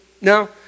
No